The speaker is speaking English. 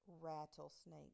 rattlesnake